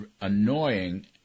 annoying